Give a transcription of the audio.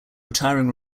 retiring